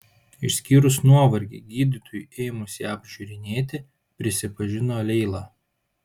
išskyrus nuovargį gydytojui ėmus ją apžiūrinėti prisipažino leila